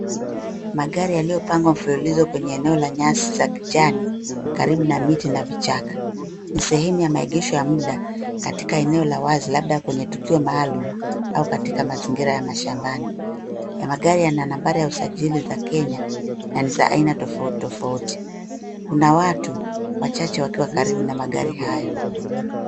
Magari yaliyopangwa mfululizo kwenye eneo la nyasi za kijani karibu na miti na vichaka. Ni sehemu ya maegesho ya muda katika eneo la wazi labda kwenye tukio maalum au katika mazingira ya mashambani. Magari yana nambari ya usajili za Kenya na ni za aina tofauti tofauti. Kuna watu wachache wakiwa karibu na magari hayo.